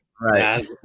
right